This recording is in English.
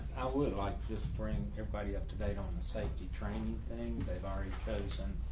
would like just bring everybody up to date on the safety training thing they've already chosen.